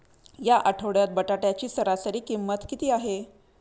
या आठवड्यात बटाट्याची सरासरी किंमत किती आहे?